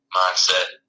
mindset